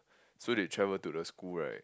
so they travel to the school right